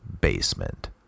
basement